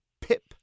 Pip